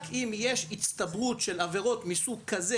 רק אם יש הצטברות של עבירות מסוג כזה